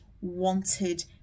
wanted